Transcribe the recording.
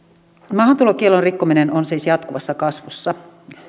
maahantulokiellon rikkominen on siis jatkuvassa kasvussa